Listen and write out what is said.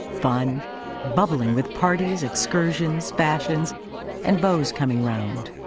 fun bubbling with parties, excursions, fashions and beaux coming round.